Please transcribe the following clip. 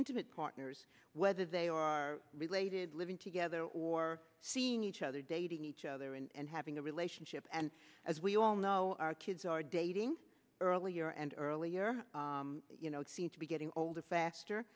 intimate partners whether they are related living together or seeing each other dating each other and having a relationship and as we all know our kids are dating earlier and earlier you know seem to be getting older